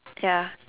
ya